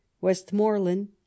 Westmoreland